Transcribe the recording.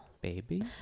Baby